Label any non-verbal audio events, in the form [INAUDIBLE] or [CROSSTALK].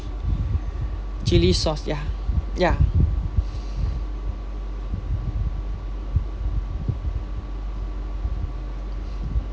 chilli sauce ya ya [BREATH]